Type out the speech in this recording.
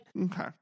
Okay